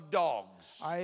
dogs